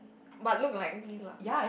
but look like me lah